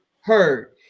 heard